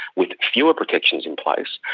with fewer protections in place,